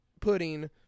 pudding